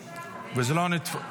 אני הצבעתי נגד --- וזה לא נתפס.